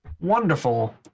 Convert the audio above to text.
wonderful